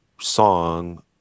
song